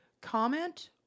comment